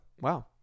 Wow